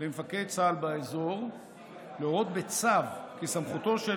למפקד צה"ל באזור להורות בצו כי סמכותו של